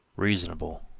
reasonable,